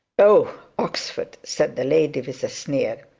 oh, oxford said the lady, with a sneer.